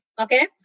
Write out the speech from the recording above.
Okay